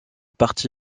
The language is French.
parti